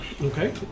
Okay